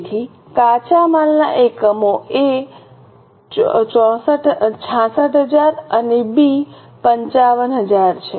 તેથી કાચા માલના એકમો એ 66000 અને બી 55000 છે